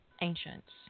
ancients